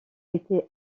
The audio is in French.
été